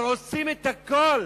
אבל עושים את הכול